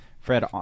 Fred